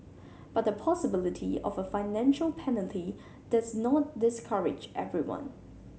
but the possibility of a financial penalty does not discourage everyone